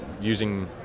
using